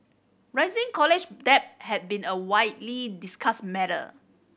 rising college debt has been a widely discussed matter